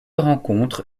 rencontre